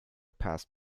passed